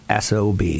SOB